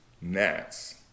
gnats